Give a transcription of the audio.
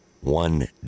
one